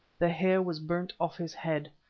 the hair was burnt off his head,